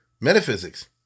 metaphysics